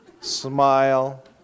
Smile